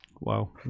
Wow